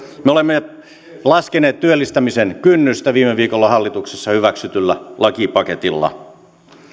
me olemme laskeneet työllistämisen kynnystä viime viikolla hallituksessa hyväksytyllä lakipaketilla